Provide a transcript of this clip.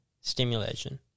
stimulation